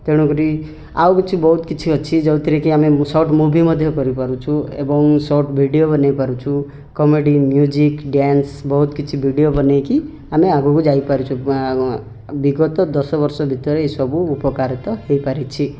ତେଣୁ କରି ଆଉ କିଛି ବହୁତ କିଛି ଅଛି ଯେଉଁଥିରେ କି ଆମେ ସର୍ଟ୍ ମୁଭି ମଧ୍ୟ କରିପାରୁଛୁ ଏବଂ ସର୍ଟ୍ ଭିଡ଼ିଓ ବନେଇ ପାରୁଛୁ ଏବଂ କମେଡ଼ି ମ୍ୟୁଜିକ୍ ଡ୍ୟାନ୍ସ୍ ବହୁତ କିଛି ଭିଡ଼ିଓ ବନେଇକି ଆମେ ଆଗକୁ ଯାଇପାରୁଛୁ ବିଗତ ଦଶ ବର୍ଷ ଭିତରେ ଏଇ ସବୁ ଉପକାରିତା ହୋଇପାରିଛି